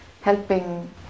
helping